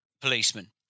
policeman